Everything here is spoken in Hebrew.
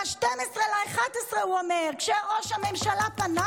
ב-12 בנובמבר הוא אומר: כשראש הממשלה פנה